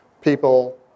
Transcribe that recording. People